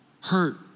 hurt